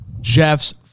Jeff's